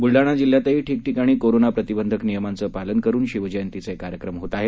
बुलडाणा जिल्ह्यातही ठिकठिकाणी कोरोना प्रतिबंधक नियमांच पालन करुन शिवजयंतीचे कार्यक्रम होत आहेत